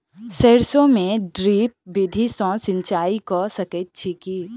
सैरसो मे ड्रिप विधि सँ सिंचाई कऽ सकैत छी की?